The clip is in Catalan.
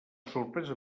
sorpresa